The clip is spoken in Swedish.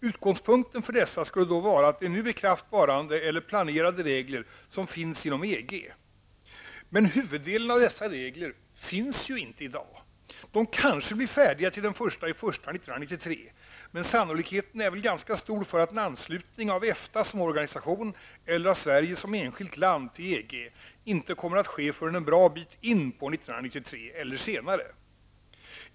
Utgångspunkten för dessa skulle då vara de nu i kraft varande eller planerade regler som finns inom EG. Men huvuddelen av dessa regler finns ju inte i dag. De kanske blir färdiga till den 1 januari 1993 -- men sannolikheten är väl ganska stor för att en anslutning av EFTA som organisation eller av Sverige som enskilt land till EG inte kommer att ske förrän en bra bit in på 1993, eller senare.